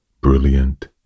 Brilliant